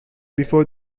before